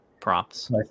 props